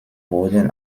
boden